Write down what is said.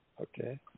Okay